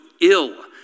ill